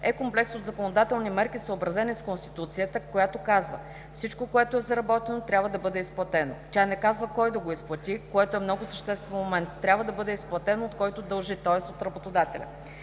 е комплекс от законодателни мерки, съобразени с Конституцията, която казва: „Всичко, което е заработено, трябва да бъде изплатено!”. Тя не казва кой да го изплати, което е много съществен момент. Трябва да бъде изплатено от този, който дължи – тоест от работодателя.